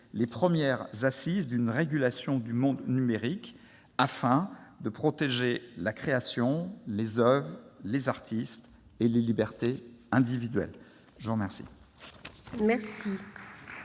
les premières assises d'une régulation du monde numérique, afin de protéger la création, les oeuvres, les artistes et les libertés individuelles. La parole